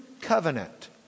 covenant